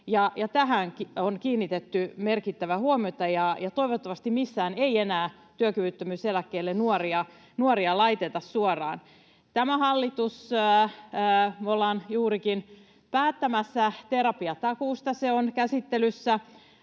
tähän on kiinnitetty merkittävää huomiota. Toivottavasti missään ei enää työkyvyttömyyseläkkeelle nuoria laiteta suoraan. Tämä hallitus on juurikin päättämässä terapiatakuusta, se on käsittelyssä